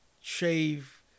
shave